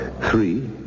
Three